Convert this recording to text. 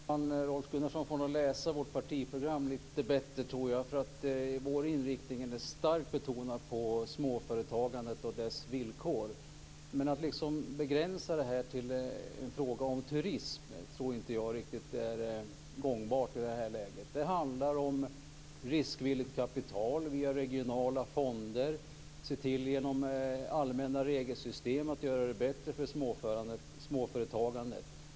Fru talman! Rolf Gunnarsson får nog läsa vårt partiprogram lite bättre, tror jag. Vår inriktning har en stark betoning på småföretagandet och dess villkor. Att begränsa det här till en fråga om turism tror inte jag är riktigt gångbart i det här läget. Det handlar om riskvilligt kapital via regionala fonder, om att genom allmänna regelsystem se till att göra det bättre för småföretagandet.